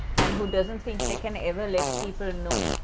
and who doesn't think they can ever let people know.